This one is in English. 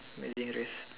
amazing race